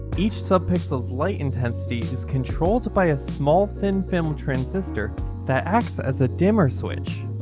each subpixel's light intensity is controlled by a small thin film transistor that acts as a dimmer switch.